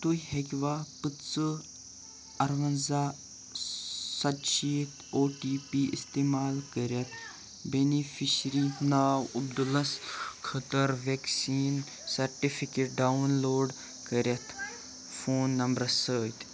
تُہۍ ہیٚکوا پٕنٛژٕہ اَروِنٛزاہ سَتہٕ شیٖتھ او ٹی پی اِستعمال کٔرِتھ بینِفِشرِی ناو عبدُلس خٲطرٕ ویکسیٖن سرٹِفکیٹ ڈاؤن لوڈ کٔرِتھ فون نمبرٕ سۭتۍ